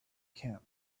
camp